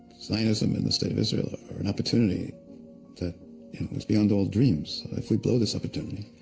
zionism and the state of israel are an opportunity that is beyond all dreams. if we blow this opportunity,